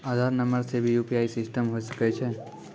आधार नंबर से भी यु.पी.आई सिस्टम होय सकैय छै?